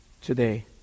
today